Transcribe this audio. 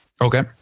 Okay